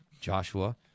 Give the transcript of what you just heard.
Joshua